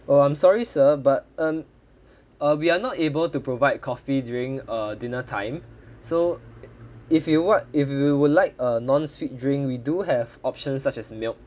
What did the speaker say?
oh I'm sorry sir but um uh we are not able to provide coffee during uh dinner time so if you what if you would like a non-sweet drink we do have options such as milk